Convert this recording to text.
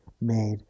made